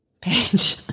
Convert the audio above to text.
page